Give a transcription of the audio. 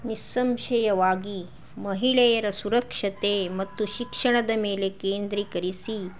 ನಿಸ್ಸಂಶಯವಾಗಿ ಮಹಿಳೆಯರ ಸುರಕ್ಷತೆ ಮತ್ತು ಶಿಕ್ಷಣದ ಮೇಲೆ ಕೇಂದ್ರೀಕರಿಸಿ